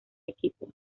equipo